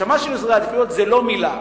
סדרי עדיפויות זה לא מלה.